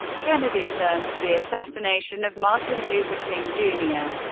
kennedy learned of the assassination of martin luther king jr.